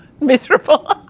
miserable